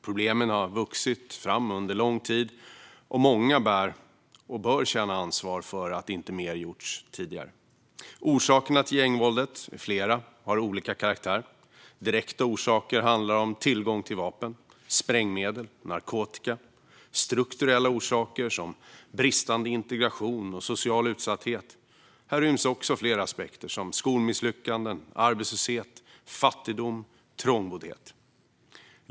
Problemen har vuxit fram under lång tid, och många bör känna ansvar för att inte mer gjorts tidigare. Orsakerna till gängvåldet är flera och av olika karaktär. Några direkta orsaker är tillgång till vapen och sprängmedel, narkotika och strukturella orsaker som bristande integration och social utsatthet. Här ryms också fler aspekter, som skolmisslyckanden, arbetslöshet, fattigdom och trångboddhet.